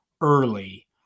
early